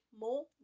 more